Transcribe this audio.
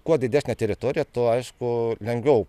kuo didesnė teritorija tuo aišku lengviau